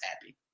happy